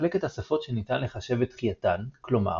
כמחלקת השפות שניתן לחשב את דחייתן – כלומר,